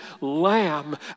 lamb